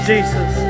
Jesus